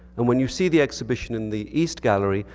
and when you see the exhibition in the east gallery,